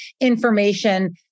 information